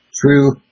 True